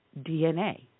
DNA